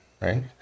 right